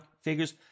figures